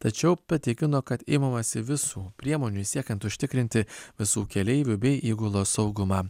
tačiau patikino kad imamasi visų priemonių siekiant užtikrinti visų keleivių bei įgulos saugumą